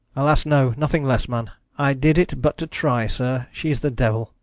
alas no, nothing less man i did it but to try, sir, she's the devil,